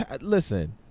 listen